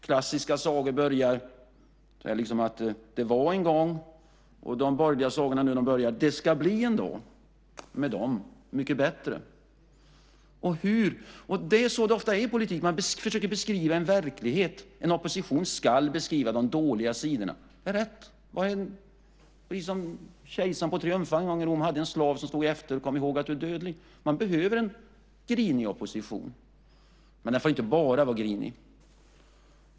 Klassiska sagor börjar med: Det var en gång. De borgerligas sagor börjar: Det ska bli en dag då det är mycket bättre. Det är ofta så i politiken att man försöker beskriva en verklighet. En opposition ska beskriva de dåliga sidorna. Det är rätt. Det är precis som med kejsaren på triumfvagnen i Rom en gång som hade en slav som drog efter och sade: Kom ihåg att du är dödlig. Man behöver en grinig opposition. Men man får inte bara vara grinig.